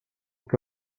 que